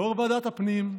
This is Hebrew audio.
יו"ר ועדת הפנים,